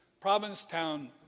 Provincetown